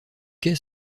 quais